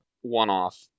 One-off